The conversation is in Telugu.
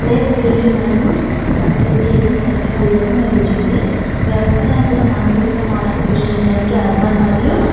ట్రేస్ బిల్ట్ మరియు సప్లై చైన్ తగ్గిన విధంగా మెరుగుచుంది వ్యవసాయంలో సాంకేతిక మార్పు సృష్టించడానికి అర్బన్ మరియు